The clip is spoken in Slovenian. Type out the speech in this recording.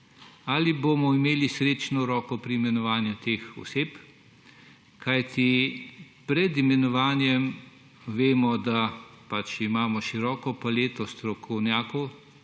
ali bomo imeli srečno roko pri imenovanju teh oseb, kajti pred imenovanjem, vemo, da pač imamo široko paleto strokovnjakov